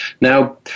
Now